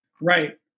Right